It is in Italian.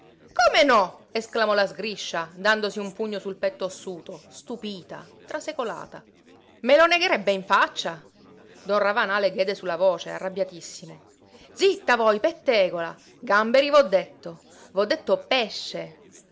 come no esclamò la sgriscia dandosi un pugno sul petto ossuto stupita trasecolata me lo negherebbe in faccia don ravanà le diede su la voce arrabbiatissimo zitta voi pettegola gamberi v'ho detto v'ho detto pesce